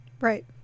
right